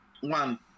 one